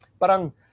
parang